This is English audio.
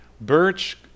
Birch